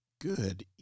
Good